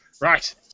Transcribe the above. Right